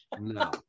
no